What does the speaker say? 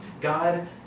God